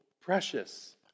precious